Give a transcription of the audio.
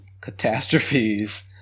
catastrophes